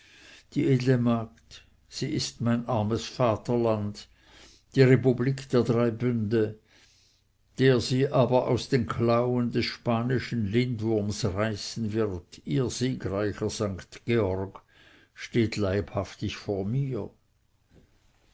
die edle magd sie ist mein armes vaterland die republik der drei bünde der sie aber aus den klauen des spanischen lindwurms reißen wird ihr siegreicher st georg steht leibhaftig vor mir